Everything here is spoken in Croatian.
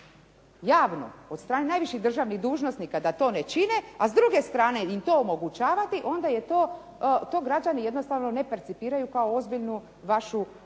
javno od strane najviših državnih dužnosnika, da to ne čine, a s druge strane im to omogućavati, onda je to, to građani jednostavno ne percipiraju kao ozbiljnu vašu,